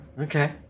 Okay